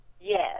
Yes